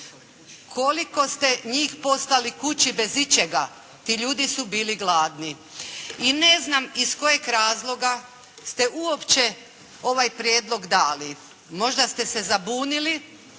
Koliko ste njih poslali kući bez ičega. Ti ljudi su bili gladni. I ne znam iz kojeg razloga ste uopće ovaj Prijedlog dali. Možda ste se zabunili